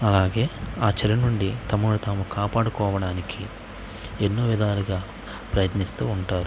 అలాగే ఆ చెలి నుండి తమను తాము కాపాడుకోవడానికి ఎన్నో విధాలుగా ప్రయత్నిస్తూ ఉంటారు